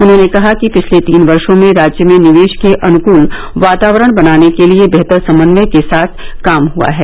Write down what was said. उन्होंने कहा कि पिछले तीन वर्षो में राज्य में निवेश के अनुकूल वातावरण बनाने के लिये बेहतर समन्वय के साथ काम हआ है